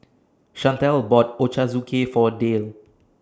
Chantel bought Ochazuke For Dale